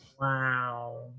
Wow